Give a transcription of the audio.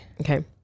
Okay